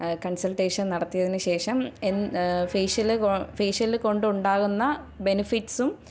consultation നടത്തിയതിനുശേഷം എൻ facial facial കൊണ്ടുണ്ടാകുന്ന ബെനിഫിറ്റ്സും